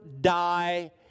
die